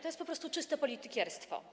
To jest po prostu czyste politykierstwo.